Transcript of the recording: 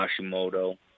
Hashimoto